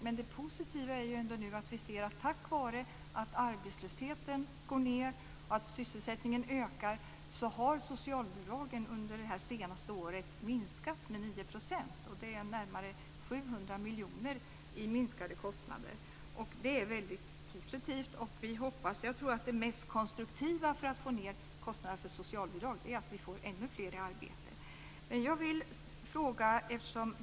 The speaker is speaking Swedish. Men det positiva är att vi nu ser att socialbidragen, tack vare att arbetslösheten går ned och att sysselsättningen ökar, under det senaste året har minskat med 9 %. Det är närmare 700 miljoner i minskade kostnader. Det är väldigt positivt. Jag tror att det mest konstruktiva när det gäller att få ned kostnaderna för socialbidrag är att vi får ännu fler i arbete.